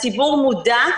הציבור מודע,